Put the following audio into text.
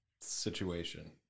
situation